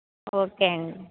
okay అండి